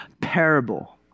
parable